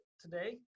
today